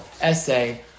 essay